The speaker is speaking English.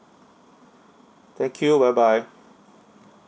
thank you bye bye